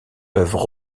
peuvent